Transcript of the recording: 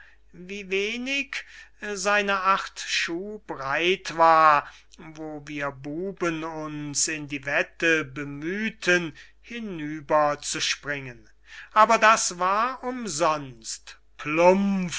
wie wenig seine acht schuh breit war wo wir buben uns in die wette bemühten hinüber zu springen aber das war umsonst